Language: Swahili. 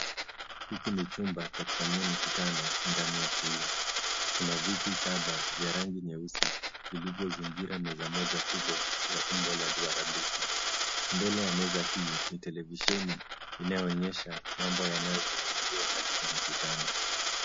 Hiki ni chumba cha kufanyia mikutano ndani ya shule. Kuna viti saba vya rangi nyeusi vilivyozingira meza moja kubwa ya umbo la duara dufu. Mbele ya meza hii, ni televisheni inayoonyesha mambo yanayozungumziwa katika mikutano.